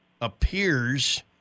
appears